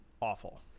Awful